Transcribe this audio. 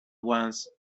once